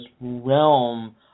realm